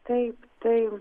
taip taip